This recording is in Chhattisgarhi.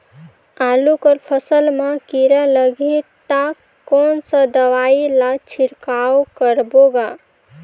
आलू कर फसल मा कीरा लगही ता कौन सा दवाई ला छिड़काव करबो गा?